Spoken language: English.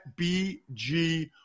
BG